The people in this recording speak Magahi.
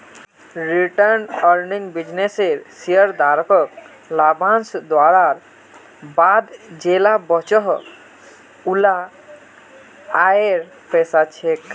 रिटेंड अर्निंग बिज्नेसेर शेयरधारकोक लाभांस दुआर बाद जेला बचोहो उला आएर पैसा छे